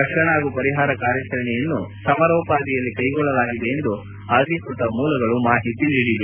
ರಕ್ಷಣಾ ಹಾಗೂ ಪರಿಹಾಗ ಕಾರ್ಯಾಚರಣೆಯನ್ನು ಸಮರೋಪಾದಿಯಲ್ಲಿ ಕೈಗೊಳ್ಳಲಾಗಿದೆ ಎಂದು ಅಧಿಕೃತ ಮೂಲಗಳು ಮಾಹಿತಿ ನೀಡಿವೆ